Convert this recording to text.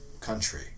country